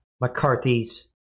McCarthy's